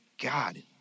God